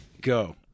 Go